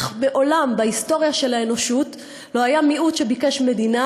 אך מעולם בהיסטוריה של האנושות לא היה מיעוט שביקש מדינה